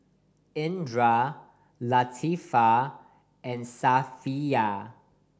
Indra Latifa and Safiya